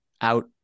out